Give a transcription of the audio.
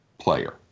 player